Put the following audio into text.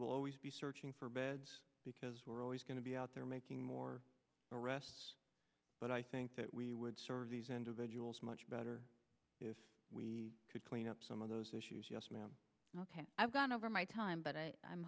will always be searching for beds because we're always going to be out there making more arrests but i think that we would serve these individuals much better if we could clean up some of those issues yes ma'am ok i've gone over my time but i